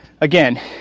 again